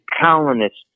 colonists